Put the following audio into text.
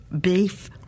beef